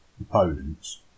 opponents